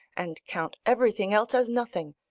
and count everything else as nothing.